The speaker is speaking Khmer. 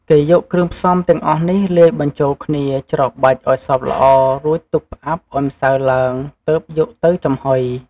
គេយកគ្រឿងផ្សំទាំងអស់នេះលាយបញ្ចូលគ្នា ច្របាច់ឱ្យសព្វល្អ រួចទុកផ្អាប់ឱ្យម្សៅឡើង ទើបយកទៅចំហុយ។